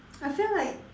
I feel like